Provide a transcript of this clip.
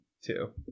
Two